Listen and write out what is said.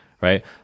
right